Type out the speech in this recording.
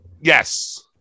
Yes